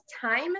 time